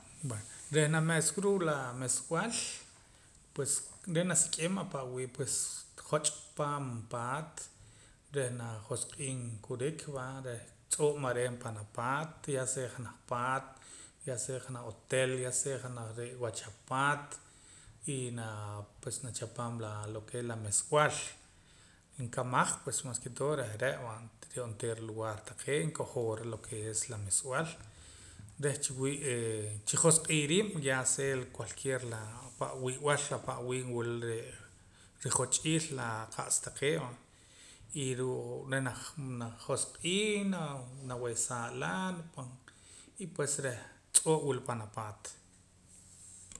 Bueno reh nameeswa ruu' la mesab'al pues re' nasik'im ahpare' wii' pues joch' paam paat reh najosqiib' kurik va reh tz'oo' mareeen pan apaat ya sea janaj paat ya sea janaj hotel ya sea janaj re'ee wach apaat y naa pues nachapam laa lo ke es la meesb'al nkamaj mas ke todo reh re' va reh onteera lugar taqee' nkojoo ra lo ke es la meesb'al reh chiwii' eeh chijosq'ii riib' ya sea cualquiera la pa'wi'b'al pa'wii' wila la re'ee rijch'iil la qa'sa taqee' va y ruu' reh renajosq'ii naa nawehsaa'la pan y pues reh tz'oo' wila pan apaat